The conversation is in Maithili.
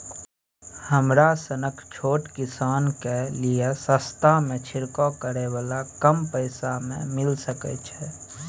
हमरा सनक छोट किसान के लिए सस्ता में छिरकाव करै वाला कम पैसा में मिल सकै छै?